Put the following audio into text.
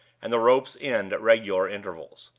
and the rope's-end at regular intervals.